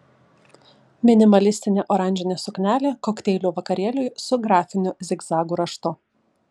minimalistinė oranžinė suknelė kokteilių vakarėliui su grafiniu zigzagų raštu